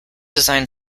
design